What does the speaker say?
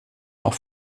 auf